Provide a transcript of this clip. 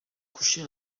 coucher